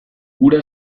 hura